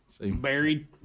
buried